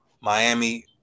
Miami